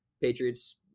Patriots